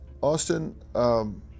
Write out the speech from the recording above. Austin